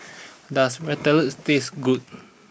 does Ratatouilles taste good